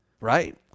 right